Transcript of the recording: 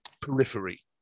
periphery